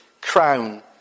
crown